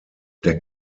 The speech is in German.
der